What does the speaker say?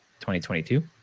2022